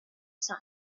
sun